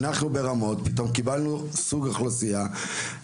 אנחנו ברמות פתאום קיבלנו סוג אוכלוסייה,